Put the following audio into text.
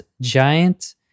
Giant